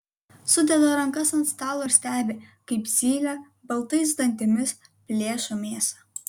sudeda rankas ant stalo ir stebi kaip zylė baltais dantimis plėšo mėsą